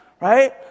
right